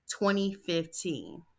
2015